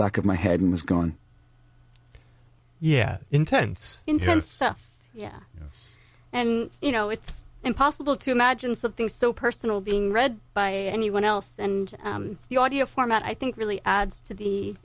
back of my head was gone yeah intense intense stuff yeah and you know it's impossible to imagine something so personal being read by anyone else and the audio format i think really adds to the